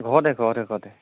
ঘৰতে ঘৰতে ঘৰতে